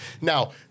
Now-